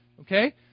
okay